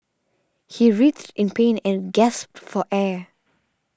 he writhed in pain and gasped for air